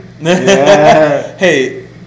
Hey